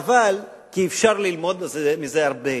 חבל, כי אפשר ללמוד מזה הרבה.